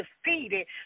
defeated